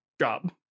job